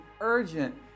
urgent